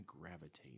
gravitate